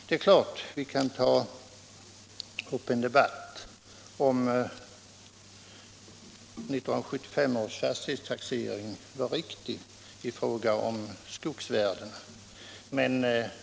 Man kan ju diskutera huruvida 1975 års fastighetstaxering var riktig i fråga om skogsvärdena.